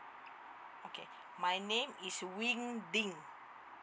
okay my name is wing ding